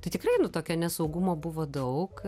tai tikrai nu tokio nesaugumo buvo daug